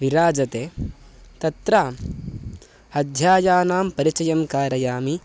विराजते तत्र अध्ययानां परिचयं कारयामि